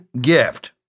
gift